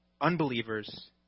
unbelievers